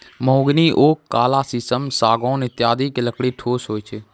mahogany, oak, काला शीशम, सागौन आदि के लकड़ी ठोस होय छै